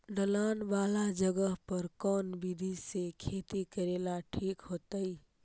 ढलान वाला जगह पर कौन विधी से खेती करेला ठिक होतइ?